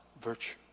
virtue